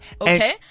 Okay